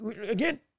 again